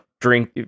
drink